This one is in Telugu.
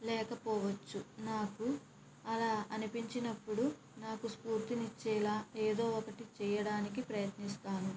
లేకపోవచ్చు నాకు అలా అనిపించినప్పుడు నాకు స్ఫూర్తిని ఇచ్చేలా ఎదో ఒకటి చేయడానికి ప్రయత్నిస్తాను